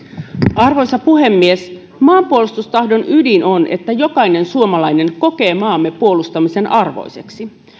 arvoisa puhemies maanpuolustustahdon ydin on että jokainen suomalainen kokee maamme puolustamisen arvoiseksi